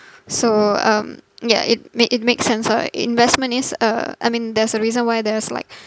so um yeah it ma~ it makes sense ah investment is a I mean there's a reason why there's like